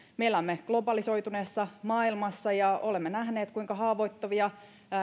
me elämme globalisoituneessa maailmassa ja olemme nähneet kuinka haavoittuvia